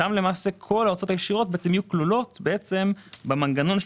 כל ההוצאות הישירות יהיו כלולות במנגנון של